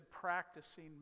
practicing